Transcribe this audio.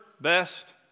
Best